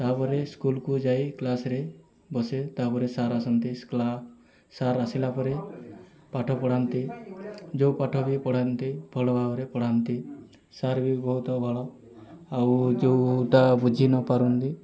ତା'ପରେ ସ୍କୁଲକୁ ଯାଇ କ୍ଳାସରେ ବସେ ତାପରେ ସାର୍ ଆସନ୍ତି ସାର୍ ଆସିଲା ପରେ ପାଠ ପଢ଼ାନ୍ତି ଯେଉଁ ପାଠ ବି ପଢ଼ାନ୍ତି ଭଲ ଭାବରେ ପଢ଼ାନ୍ତି ସାର୍ ବି ବହୁତ ଭଲ ଆଉ ଯେଉଁଟା ବୁଝି ନ ପାରନ୍ତି